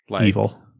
Evil